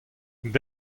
dek